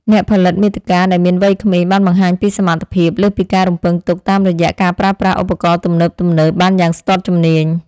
អ្នកផលិតមាតិកាដែលមានវ័យក្មេងបានបង្ហាញពីសមត្ថភាពលើសពីការរំពឹងទុកតាមរយៈការប្រើប្រាស់ឧបករណ៍ទំនើបៗបានយ៉ាងស្ទាត់ជំនាញ។